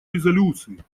резолюции